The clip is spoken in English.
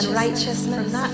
Righteousness